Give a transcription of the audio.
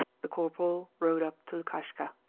the corporal rode up to lukashka.